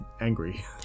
angry